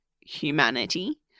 humanity